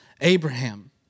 Abraham